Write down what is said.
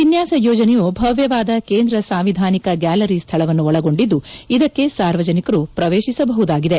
ವಿನ್ಯಾಸ ಯೋಜನೆಯು ಭವ್ಯವಾದ ಕೇಂದ್ರ ಸಾಂವಿಧಾನಿಕ ಗ್ಯಾಲರಿ ಸ್ಥಳವನ್ನು ಒಳಗೊಂಡಿದ್ದು ಇದಕ್ಕೆ ಸಾರ್ವಜನಿಕರು ಪ್ರವೇಶಿಸಬಹುದಾಗಿದೆ